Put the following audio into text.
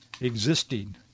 existing